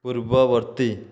ପୂର୍ବବର୍ତ୍ତୀ